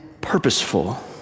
purposeful